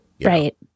Right